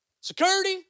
Security